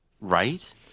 Right